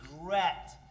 regret